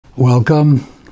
Welcome